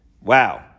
Wow